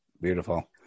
Beautiful